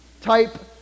type